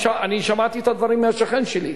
אני שמעתי את הדברים מהשכן שלי,